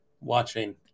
watching